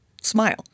Smile